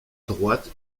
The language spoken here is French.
droite